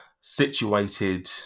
situated